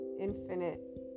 infinite